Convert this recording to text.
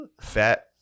fat